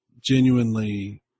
genuinely